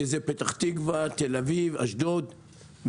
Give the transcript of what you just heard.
שזה פתח תקוה, תל אביב, אשדוד,